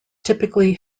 typically